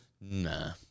Nah